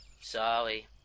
sorry